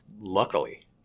luckily